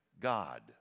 God